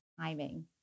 timing